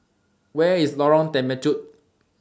Where IS Lorong Temechut